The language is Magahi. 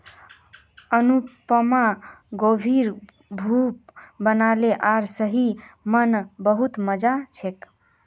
अनुपमा गोभीर सूप बनाले आर सही म न बहुत मजा छेक